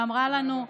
ואמרה לנו: